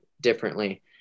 differently